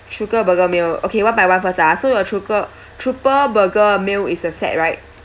trooper burger meal okay one by one first ah so your trooper trooper burger meal is a set right